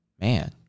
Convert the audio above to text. man